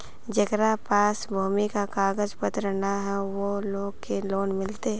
जेकरा पास भूमि का कागज पत्र न है वो लोग के लोन मिलते?